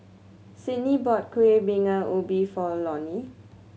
Sydnie bought Kuih Bingka Ubi for Lonie